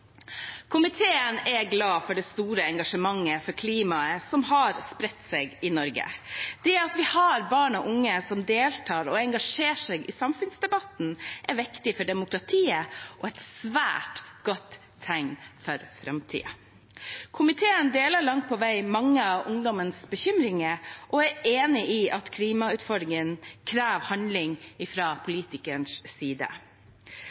Komiteen er glad for det store engasjementet for klimaet som har spredt seg i Norge. Det at vi har barn og unge som deltar og engasjerer seg i samfunnsdebatten, er viktig for demokratiet og et svært godt tegn for framtiden. Komiteen deler langt på vei mange av ungdommenes bekymringer og er enig i at klimautfordringene krever handling fra politikernes side.